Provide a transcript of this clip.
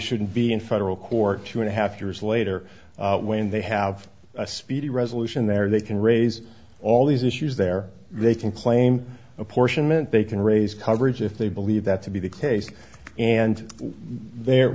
shouldn't be in federal court two and a half years later when they have a speedy resolution there they can raise all these issues there they can claim apportionment they can raise coverage if they believe that to be the case and they're